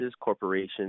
Corporation's